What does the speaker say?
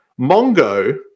Mongo